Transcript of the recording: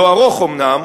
לא ארוך אומנם,